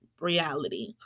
reality